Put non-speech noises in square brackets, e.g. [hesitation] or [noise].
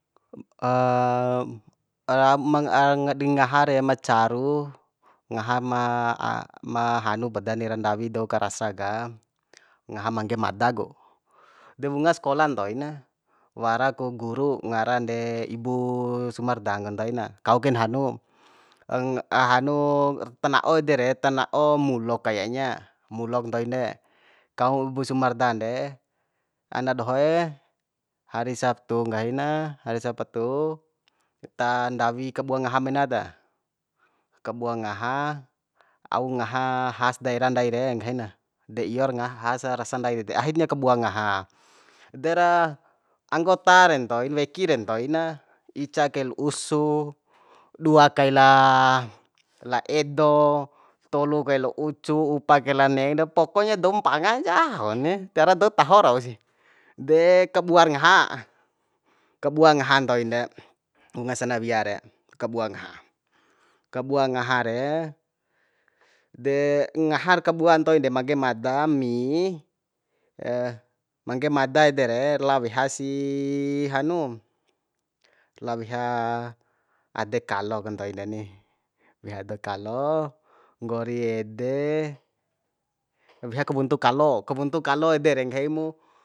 [hesitation] [unintelligible] dingaha re ma caru ngaha ma [hesitation] ma hanu poda ni ra ndawi dou ka rasa ka mgaha mangge mada ku de wungas skola ntoi na wara ku guru ngaran de ibu sumarda nggo toina kau kain hanu [hesitation] hanu tana'o ede re tana'o mulok kayaknya mulak ntoin de kau bu sumardan de ana dohoe hari sabtuk nggahi na hari sapatu ta ndawi kabua ngaha mena ta kabua ngaha au ngaha has daerah ndai re nggahi na deiyor ngaha hasa rasa ndai de ahirnya kabua ngaha dera anggota re ntoin weki re ntoi na ica kail usu dua kaila la edo tolu kaila ucu upa kai la ne pokonya doum mpanga ncau ni tiara dou taho rau sih de kabuar ngaha kabua ngahan ntoin de unga sanawia re kabua ngaha kabua ngaha re de ngahar kabua ntoin de mangge mada mi [hesitation] mangge mada ede re lao weha si hanu lao weha ade kalo ka ntoin deni weha de kalo nggori ede weha kawuntu kalo kawuntu kalo ede re nggahi mu